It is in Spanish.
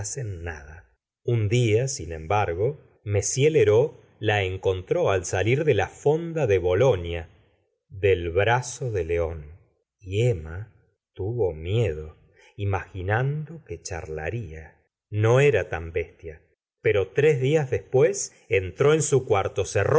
sospechasen nada un día sin embargo l'l lheureux la encontró al salir de la fonda de bolonia del brazo de león y emma tuvo miedo imaginando que charlaba no era tan be s tia pero tres días después e ntró en su cuarto